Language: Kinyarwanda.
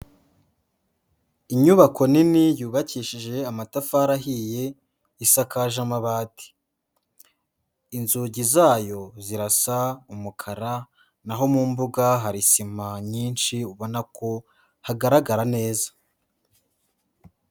Inyubako nini yubakishije amatafari ahiye isakaje amabati, inzugi zayo zirasa umukara naho mu mbuga hari sima nyinshi ubona ko hagaragara neza.